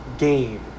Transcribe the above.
game